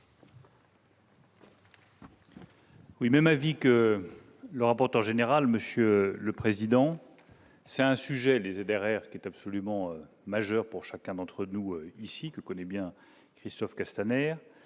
Oui, même avis que le rapporteur général, monsieur le président, c'est un sujet les derrière qui est absolument majeur pour chacun d'entre nous ici que connaît bien Christophe Castaner,